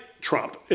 Trump